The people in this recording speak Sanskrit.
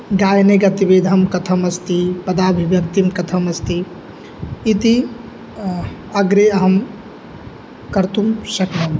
गायने गतिभेदः कथम् अस्ति पदाभिव्यक्तिः कथम् अस्ति इति अग्रे अहं कर्तुं शक्नोमि